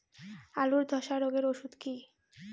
আলুর ধসা রোগের ওষুধ কি?